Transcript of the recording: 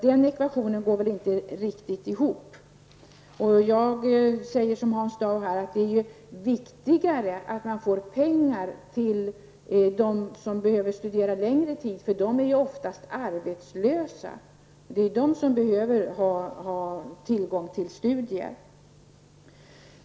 Den ekvationen går inte riktigt ihop. Jag instämmer med Hans Dau i att det är viktigare att det fördelas pengar till dem som studerar längre tid, för dessa studerande är ofta arbetslösa och det är de som behöver ha tillgång till studier.